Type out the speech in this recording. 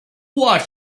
watch